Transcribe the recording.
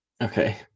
okay